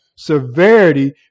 severity